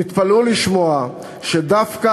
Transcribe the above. תתפלאו לשמוע שדווקא